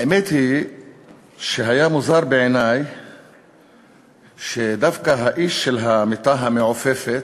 האמת היא שהיה מוזר בעיני שדווקא האיש של המיטה המעופפת,